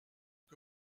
que